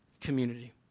community